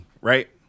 right